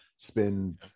Spend